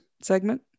segment